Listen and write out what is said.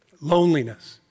Loneliness